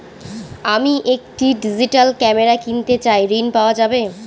আমি একটি digital camera কিনতে চাই ঝণ পাওয়া যাবে?